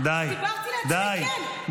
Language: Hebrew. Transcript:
דיברתי לעצמי, כן.